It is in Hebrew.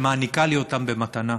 שמעניקה לי אותם במתנה,